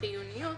החיוניות